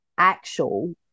actual